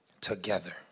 together